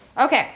Okay